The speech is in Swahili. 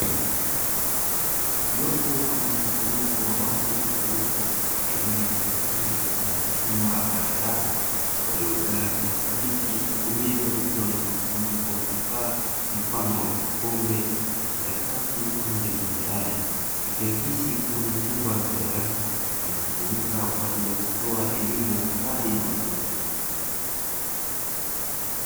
Jopo ama mkusanyiko wa watu waliopo katika eneo la ndani mfano wa chuma ama darasa, waliokaa katika viti huku meza zikiwa na mkusanyiko wa vifaa mfano wa vikombe, makaratasi pamoja na mjarada. Ikiakisi kuwa ni chumba cha darasa kinachotumika kwa ajili ya kutoa elimu ya habari na watu wazima.